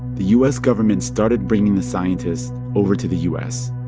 the u s. government started bringing the scientists over to the u s.